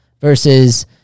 versus